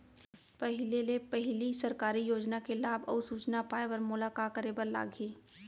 पहिले ले पहिली सरकारी योजना के लाभ अऊ सूचना पाए बर मोला का करे बर लागही?